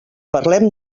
parlem